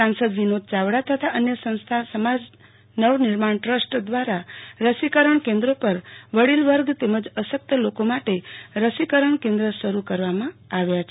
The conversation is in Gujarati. સાંસદ વિનોદ ચાવડા તથા અન્ય સંસ્થા સમાજ નવનિર્માણ ટ્રસ્ટ દવારા રસીકરણ કેન્દો પર વડીલ વર્ગ તેમજ અશકત લોકો માટ રસીકરણ કેન્દ શરૂ કરવામાં આવ્યો છે